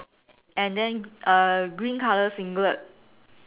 and then a green colour singlet